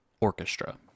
Orchestra